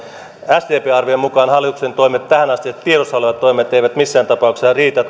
sdpn arvion mukaan hallituksen toimet tähänastiset tiedossa olevat toimet eivät missään tapauksessa riitä